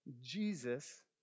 Jesus